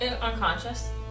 unconscious